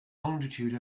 longitude